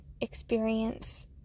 experience